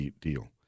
deal